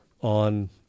on